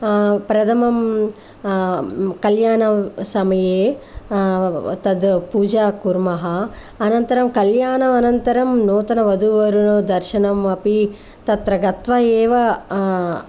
प्रथमं कल्याणसमये तत् पूजा कुर्मः अनन्तरं कल्याणामनन्तरं नूतन वधुवरदर्शनम् अपि तत्र गत्वा एव